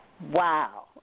Wow